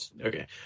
okay